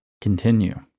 continue